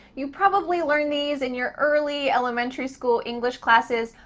you probably learned these in your early elementary school english classes.